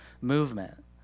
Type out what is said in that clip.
movement